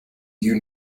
you